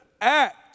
act